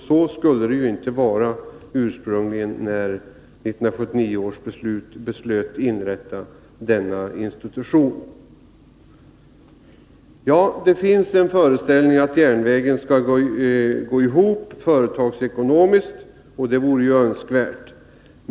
Så skulle det ju inte vara enligt de beslut som 1979 fattades om inrättandet av denna institution. Det finns en föreställning om att järnvägsdriften skall gå ihop företagsekonomiskt, och det vore ju önskvärt.